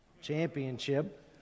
championship